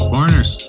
Foreigners